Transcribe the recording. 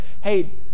hey